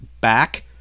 back